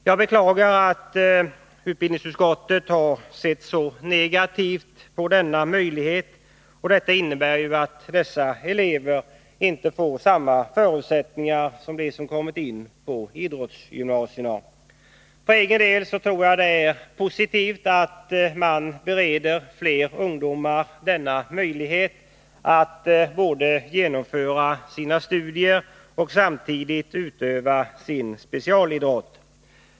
Jag beklagar att utbildningsutskottet har sett så negativt på denna möjlighet. Detta innebär ju att de ifrågavarande eleverna inte får samma förutsättningar som de som har kommit in på idrottsgymnasierna. För egen del tror jag det är positivt att man bereder fler ungdomar denna möjlighet att genomföra sina studier samtidigt som de utövar sin specialidrott.